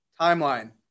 timeline